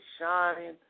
shining